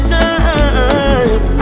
time